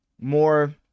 more